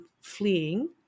fleeing